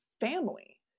family